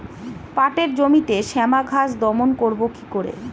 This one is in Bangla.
পাটের জমিতে শ্যামা ঘাস দমন করবো কি করে?